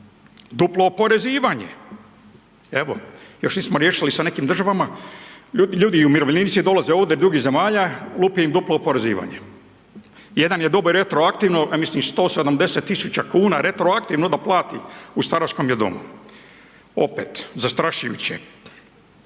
Duplo oporezivanje evo još nismo riješili sa nekim državama, ljudi umirovljenici dolaze ovde iz drugih zemalja, lupi im duplo oporezivanje, jedan je dobio retroaktivno ja mislim 170.000 kuna retroaktivno da plati u staračkom je domu. Opet zastrašujuće,